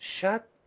shut